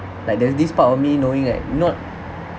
like there's this part of me knowing like not